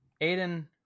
Aiden